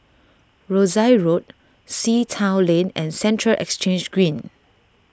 Rosyth Road Sea Town Lane and Central Exchange Green